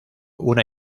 una